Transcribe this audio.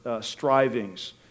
strivings